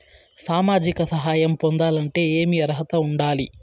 సామాజిక సహాయం పొందాలంటే ఏమి అర్హత ఉండాలి?